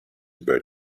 bird